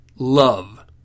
Love